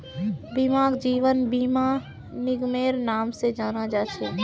बीमाक जीवन बीमा निगमेर नाम से जाना जा छे